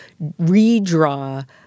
redraw